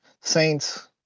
saints